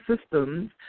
systems